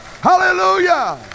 Hallelujah